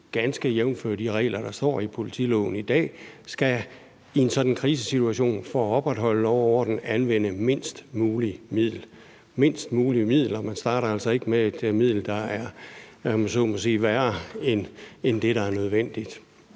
ganske jævnfør de regler, der står i politiloven i dag, i en sådan krisesituation for at opretholde lov og orden skal anvende mindst mulige midler. Man starter altså ikke med et middel, der, om jeg så må sige, er værre end det, der er nødvendigt.